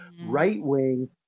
right-wing